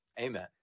Amen